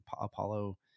apollo